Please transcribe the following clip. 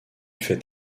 fait